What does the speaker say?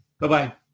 Bye-bye